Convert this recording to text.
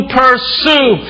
pursue